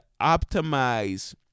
optimize